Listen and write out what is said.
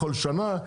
כל שנה,